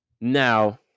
Now